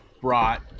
brought